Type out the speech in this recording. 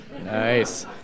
Nice